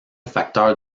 facteur